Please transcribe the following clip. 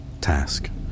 task